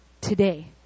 today